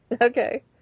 Okay